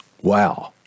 wow